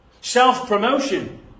Self-promotion